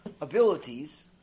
abilities